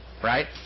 right